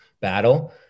battle